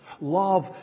Love